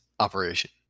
Operation